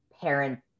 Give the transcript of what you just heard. parent